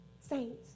saints